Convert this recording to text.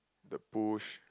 the push